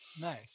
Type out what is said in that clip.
Nice